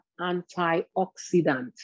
antioxidant